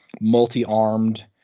multi-armed